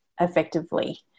effectively